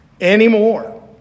anymore